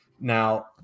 now